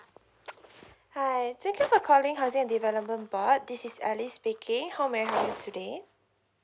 hi thank you for calling housing and development board this is ellie speaking how may I help you today